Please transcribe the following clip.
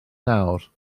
nawr